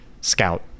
scout